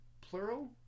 plural